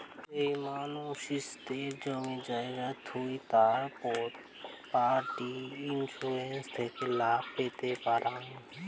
যেই মানসিদের জমি জায়গা থুই তারা প্রপার্টি ইন্সুরেন্স থেকে লাভ পেতে পারাং